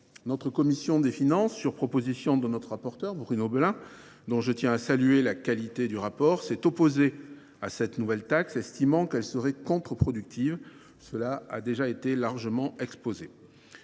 Notre commission des finances, sur proposition de notre rapporteur Bruno Belin, dont je tiens à saluer la qualité du rapport, s’est opposée à cette nouvelle taxe, estimant qu’elle serait contre productive – cet argument a déjà été largement exposé.